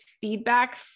feedback